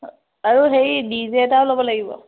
আৰু হেৰি D J এটাও ল'ব লাগিব